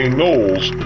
Knowles